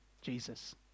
Jesus